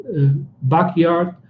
backyard